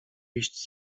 iść